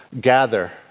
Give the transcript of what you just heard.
gather